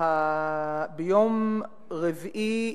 ביום רביעי,